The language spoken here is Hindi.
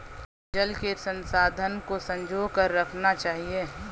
जल के संसाधन को संजो कर रखना चाहिए